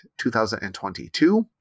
2022